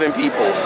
people